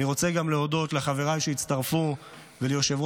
אני רוצה גם להודות לחבריי שהצטרפו וליושב-ראש